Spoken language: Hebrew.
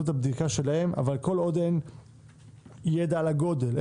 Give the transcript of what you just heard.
את הבדיקה אבל כל עוד אין ידע על הגודל,